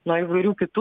nuo įvairių kitų